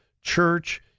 church